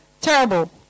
terrible